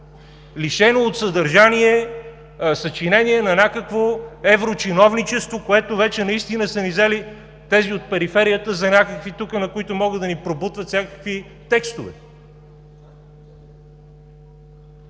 лишено от съдържание съчинение на някакво еврочиновничество, които вече наистина са ни взели тези от периферията за някакви, на които могат да пробутват всякакви текстове.